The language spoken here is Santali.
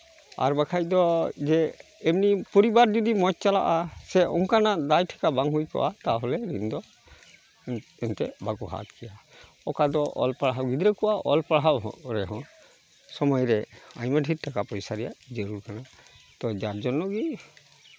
ᱟᱨ ᱵᱟᱠᱷᱟᱱ ᱫᱚ ᱡᱮ ᱮᱢᱱᱤ ᱯᱚᱨᱤᱵᱟᱨ ᱡᱩᱫᱤ ᱢᱚᱡᱽ ᱪᱟᱞᱟᱜᱼᱟ ᱥᱮ ᱚᱱᱠᱟᱱᱟᱜ ᱫᱟᱭ ᱴᱷᱮᱠᱟ ᱵᱟᱝ ᱦᱩᱭ ᱠᱚᱜᱼᱟ ᱛᱟᱦᱚᱞᱮ ᱨᱤᱱ ᱫᱚ ᱮᱱᱛᱮᱜ ᱵᱟᱠᱚ ᱦᱟᱛᱟᱣ ᱠᱮᱭᱟ ᱚᱠᱟ ᱫᱚ ᱚᱞᱯᱟᱲᱦᱟᱣ ᱜᱤᱫᱽᱨᱟᱹ ᱠᱚᱣᱟᱜ ᱚᱞ ᱯᱟᱲᱦᱟᱣ ᱨᱮᱦᱚᱸ ᱥᱚᱢᱚᱭ ᱨᱮ ᱟᱭᱢᱟ ᱰᱷᱮᱨ ᱴᱟᱠᱟ ᱯᱚᱭᱥᱟ ᱨᱮᱭᱟᱜ ᱡᱟᱹᱨᱩᱲ ᱠᱟᱱᱟ ᱛᱳ ᱡᱟᱨ ᱡᱚᱱᱱᱚ ᱜᱮ